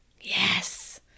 Yes